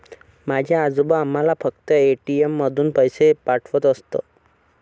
माझे आजोबा आम्हाला फक्त ए.टी.एम मधून पैसे पाठवत असत